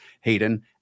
Hayden